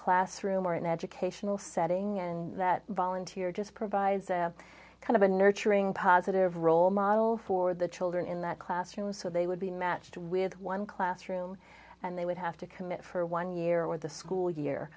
classroom or an educational setting and that volunteer just provides a kind of a nurturing positive role model for the children in that classroom so they would be matched with one classroom and they would have to commit for one year with the school